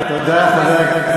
תודה, חבר הכנסת